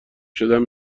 شدم